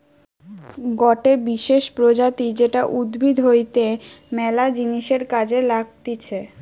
গটে বিশেষ প্রজাতি যেটা উদ্ভিদ হইতে ম্যালা জিনিসের কাজে লাগতিছে